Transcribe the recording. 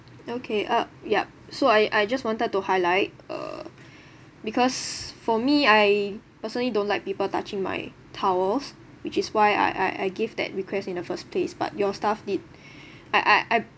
okay uh yup so I I just wanted to highlight uh because for me I personally don't like people touching my towels which is why I I I give that request in the first place but your staff did I I I